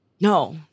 No